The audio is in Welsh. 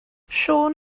siôn